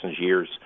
years